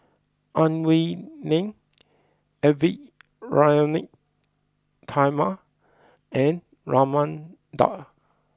Ang Wei Neng Edwy Lyonet Talma and Raman Daud